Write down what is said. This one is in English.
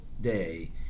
day